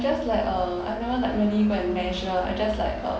just like uh I never like really go and measure I just like uh